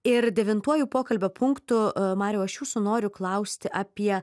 ir devintuoju pokalbio punktų mariau aš jūsų noriu klausti apie